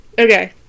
Okay